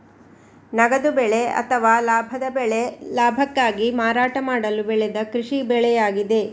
ನಗದು ಬೆಳೆ ಅಥವಾ ಲಾಭದ ಬೆಳೆ ಲಾಭಕ್ಕಾಗಿ ಮಾರಾಟ ಮಾಡಲು ಬೆಳೆದ ಕೃಷಿ ಬೆಳೆಯಾಗಿದೆ